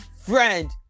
friend